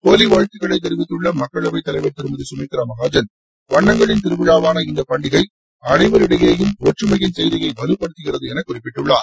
ஹோலி வாழ்த்துக்களை தெரிவித்துள்ள மக்களவைத்தவைவர் திருமதி சுமித்ரா மஹாஜன் வண்ணங்களின் திருவிழாவான இந்த பண்டிகை அனைவரிடையேயும் ஒற்றுமையின் செய்தியை வலுப்படுத்துகிறது என குறிப்பிட்டுள்ளார்